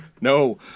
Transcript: No